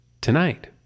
tonight